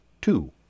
two